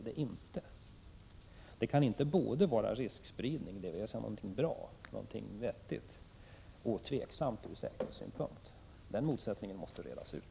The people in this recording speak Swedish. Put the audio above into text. Det kan inte både röra sig om riskspridning, dvs. något bra, och om något som är tvivelaktigt från säkerhetssynpunkt. Den motsättningen måste redas ut.